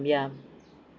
yeah